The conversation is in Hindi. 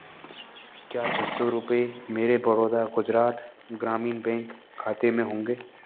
क्या छः सौ रुपये मेरे बड़ौदा गुजरात ग्रामीण बैंक खाते में होंगे